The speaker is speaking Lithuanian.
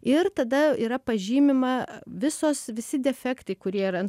ir tada yra pažymima visos visi defektai kurie yra